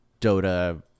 Dota